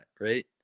right